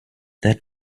that